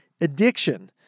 addiction